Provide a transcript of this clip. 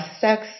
sex